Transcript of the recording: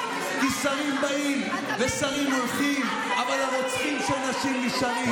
כי שרים באים ושרים הולכים אבל הרוצחים של נשים נשארים.